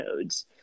nodes